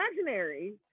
imaginary